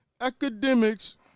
Academics